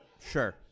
Sure